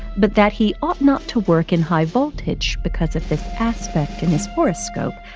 but that he ought not to work in high voltage because of this aspect in his horoscope.